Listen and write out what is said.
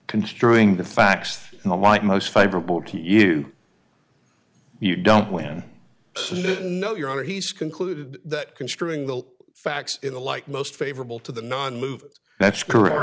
construing the facts in the light most favorable to you you don't win no your honor he's concluded that considering the facts in the light most favorable to the non move that's correct